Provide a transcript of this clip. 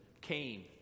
came